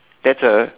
that's A